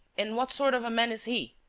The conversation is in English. and what sort of a man is he?